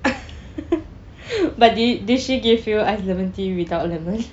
but did did she give you ice lemon tea without lemon